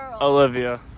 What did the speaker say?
olivia